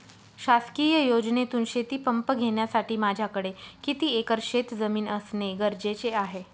शासकीय योजनेतून शेतीपंप घेण्यासाठी माझ्याकडे किती एकर शेतजमीन असणे गरजेचे आहे?